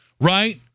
right